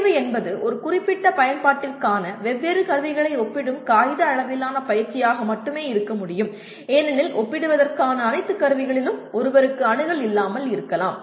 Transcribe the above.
தேர்வு என்பது ஒரு குறிப்பிட்ட பயன்பாட்டிற்கான வெவ்வேறு கருவிகளை ஒப்பிடும் காகித அளவிலான பயிற்சியாக மட்டுமே இருக்க முடியும் ஏனெனில் ஒப்பிடுவதற்கான அனைத்து கருவிகளிலும் ஒருவருக்கு அணுகல் இல்லாமல் இருக்கலாம்